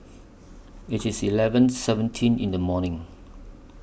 IT IS eleven seventeen in The evening